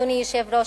אדוני היושב-ראש,